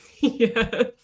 Yes